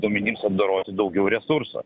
duomenims apdoroti daugiau resursų